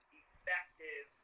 effective